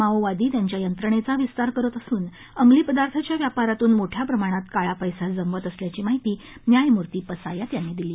माओवादी त्यांच्या यंत्रणेचा विस्तार करत असून अंमली पदार्थाच्या व्यापारातून मोठ्या प्रमाणावर काळा पैसा जमवत असल्याची माहिती न्यायमूर्ती पसायत यांनी दिली